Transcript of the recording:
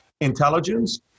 Intelligence